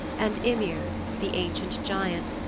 and ymir, the ancient giant,